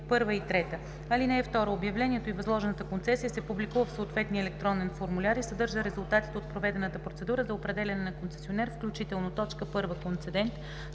на чл. 76, ал. 1 и 3. (2) Обявлението за възложена концесия се публикува в съответния електронен формуляр и съдържа резултатите от проведената процедура за определяне на концесионер, включително: 1. концедент;